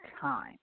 time